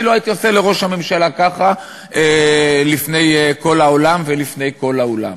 אני לא הייתי עושה לראש הממשלה ככה לפני כל העולם ולפני כל האולם.